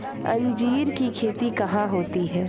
अंजीर की खेती कहाँ होती है?